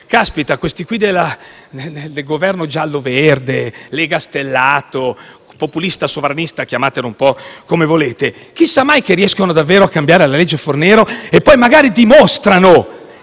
«Caspita, questi qui del Governo giallo-verde, legastellato o populista-sovranista - chiamatelo un po' come volete - chissà mai che riescano davvero a cambiare la legge Fornero e poi magari a dimostrare